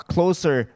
closer